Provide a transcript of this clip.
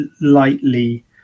lightly